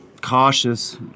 cautious